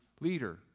leader